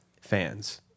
fans